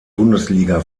bundesliga